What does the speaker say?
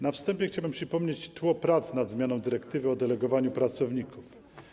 Na wstępie chciałbym przypomnieć tło prac nad zmianą dyrektywy o delegowaniu pracowników.